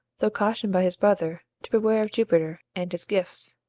though cautioned by his brother to beware of jupiter and his gifts.